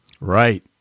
right